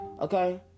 Okay